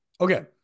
Okay